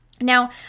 Now